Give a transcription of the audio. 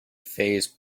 phase